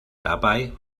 dabei